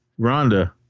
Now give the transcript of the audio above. Rhonda